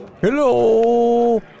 Hello